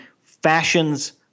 fashions